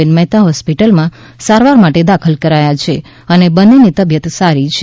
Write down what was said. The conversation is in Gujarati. એન મહેતા હોસ્પિટલ માં સારવાર માટે દાખલ કરાયા છે અને બંનેની તબિયત સારી છે